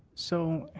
so,